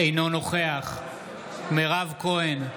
אינו נוכח מירב כהן,